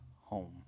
home